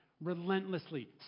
Relentlessly